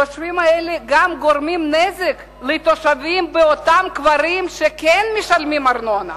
התושבים האלה גם גורמים נזק לתושבים באותם כפרים שכן משלמים ארנונה,